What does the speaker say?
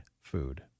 food